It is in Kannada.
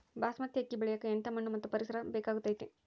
ಬಾಸ್ಮತಿ ಅಕ್ಕಿ ಬೆಳಿಯಕ ಎಂಥ ಮಣ್ಣು ಮತ್ತು ಪರಿಸರದ ಬೇಕಾಗುತೈತೆ?